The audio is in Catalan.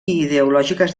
ideològiques